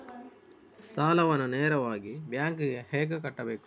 ಸಾಲವನ್ನು ನೇರವಾಗಿ ಬ್ಯಾಂಕ್ ಗೆ ಹೇಗೆ ಕಟ್ಟಬೇಕು?